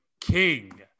King